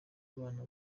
abana